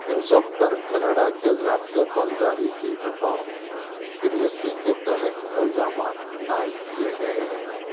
ان سب پر کینڈا کے ضابطۂ فوجداری کی دفعہ تراسی کے تحت الزامات عائد کیے گئے ہیں